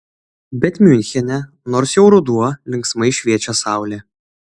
bet miunchene nors jau ruduo linksmai šviečia saulė